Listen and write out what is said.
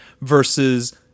versus